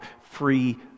free